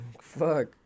Fuck